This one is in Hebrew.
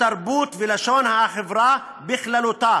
התרבות ולשון החברה בכללותה